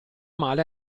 male